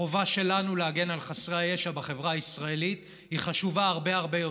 החובה שלנו להגן על חסרי הישע בחברה הישראלית היא חשובה הרבה הרבה יותר.